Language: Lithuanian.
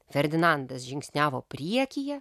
ferdinandas žingsniavo priekyje